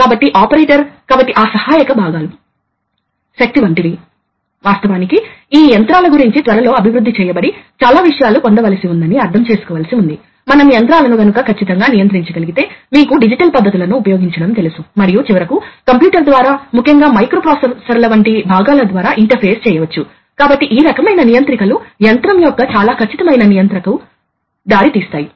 కాబట్టి స్ట్రోక్ చివరలో వేగాన్ని తగ్గించాల్సిన అవసరం ఉంది కాబట్టి ప్రాథమికంగా ఫ్లో కంట్రోల్ వాల్వ్ సిలిండర్ వేగాన్ని నియంత్రించడానికి ఉపయోగించబడుతుంది మరియు మీరు ఈ ఫ్లో కంట్రోల్ వాల్వ్ను ఇన్కమింగ్ గాలి మార్గంలో లేదా అవుట్గోయింగ్ బహిష్కరణ మార్గంలో ఉంచవచ్చు సిలిండర్ యొక్క మిగిలిన సగం నుండి బహిష్కరించబడుతున్న గాలి మార్గంలో ఉంచవచ్చు